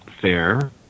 fair